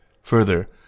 Further